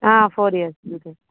four years BTech